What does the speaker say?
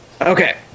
Okay